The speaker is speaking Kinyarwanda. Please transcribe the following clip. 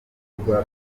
bikorwa